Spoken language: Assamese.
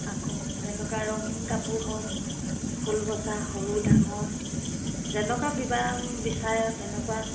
আকৌ যেনেকুৱা ৰঙীন কাপোৰ হওক ফুল বচা সৰু ডাঙৰ যেনেকুৱা বিবাহ বিচাৰে আৰু তেনেকুৱা